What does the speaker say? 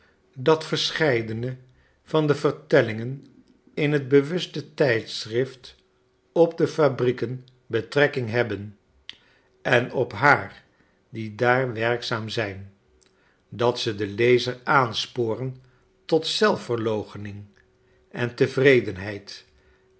dat verscheidene van de vertellingen in t bewuste tijdschrift op defabrieken betrekking hebben en op haar die daar werkzaam zijn dat ze den lezer aansporen tot zelfverloochening en tevredenheid